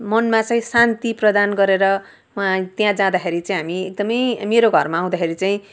मनमा चाहिँ शान्ति प्रदान गरेर मलाई त्यहाँ जाँदाखेरि चाहिँ हामी एकदम मेरो घरमा आउँदाखेरि चाहिँ